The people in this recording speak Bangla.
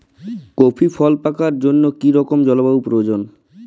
কফি ফল পাকার জন্য কী রকম জলবায়ু প্রয়োজন?